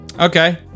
okay